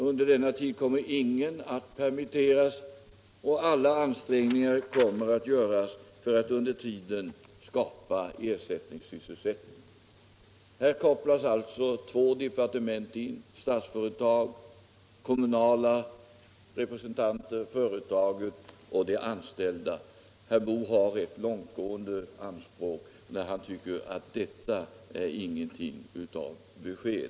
Under denna tid kommer ingen att permitteras, och alla ansträngningar kommer att göras för att skapa ersättningssysselsättning. Här kopplas alltså två departement in tillsammans med Statsföretag, kommunala representanter, företaget och de anställda. Herr Boo har rätt långtgående anspråk när han tycker att detta inte är någonting av ett besked.